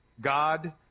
God